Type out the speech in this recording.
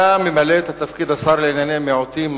אתה ממלא את תפקיד השר לענייני מיעוטים,